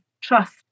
trust